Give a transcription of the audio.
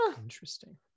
interesting